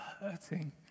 hurting